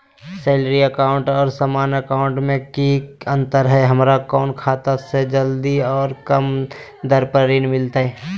Salary account और सामान्य account मे की अंतर है हमरा कौन खाता से जल्दी और कम दर पर ऋण मिलतय?